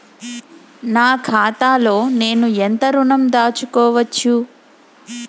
నా ఖాతాలో నేను ఎంత ఋణం దాచుకోవచ్చు?